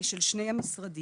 של שני המשרדים.